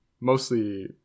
mostly